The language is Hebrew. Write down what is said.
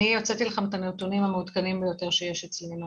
אני הוצאתי לכם את הנתונים המעודכנים ביותר שיש אצלנו.